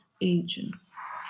agents